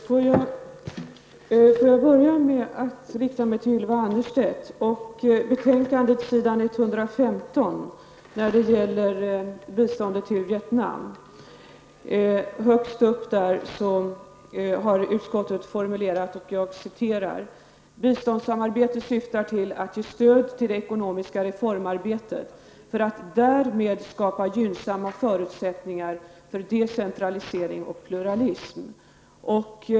Herr talman! Låt mig börja med att rikta mig till Vietnam. I betänkandet, högst upp på s. 115, har utskottet formulerat sig så här: ''Biståndssamarbetet syftar till att ge stöd till det ekonomiska reformarbetet, för att därmed skapa gynnsamma förutsättningar för decentralisering och pluralism.''